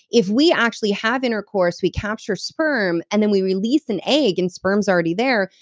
if we actually have intercourse, we capture sperm, and then we release an egg and sperm's already there,